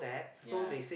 ya